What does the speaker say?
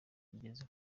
igeza